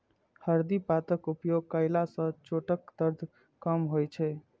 हरदि पातक उपयोग कयला सं चोटक दर्द कम होइ छै